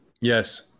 Yes